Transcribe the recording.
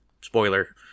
spoiler